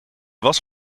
was